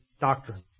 doctrine